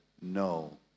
no